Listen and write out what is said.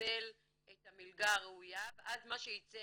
לקבל את המלגה הראויה ואז מה שיצא,